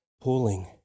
pulling